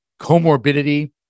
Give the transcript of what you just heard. comorbidity